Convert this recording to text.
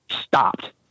stopped